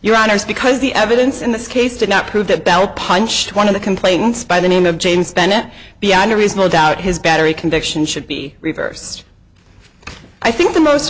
your honors because the evidence in this case did not prove that bell punched one of the complaints by the name of james bennett beyond a reasonable doubt his battery conviction should be reversed i think the most